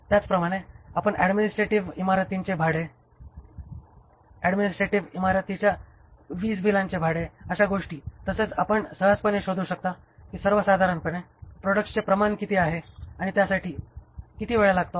त्याचप्रमाणे आपण ऍडमिनिस्ट्रेटिव्ह इमारतींचे भाडे ऍडमिनिस्ट्रेटिव्ह इमारतींच्या वीज बिलांचे भाडे अशा गोष्टी तसेच आपण सहजपणे शोधू शकता की सर्वसाधारणपणे प्रॉडक्टचे प्रमाण किती आहे आणि त्यासाठी किती वेळ लागतो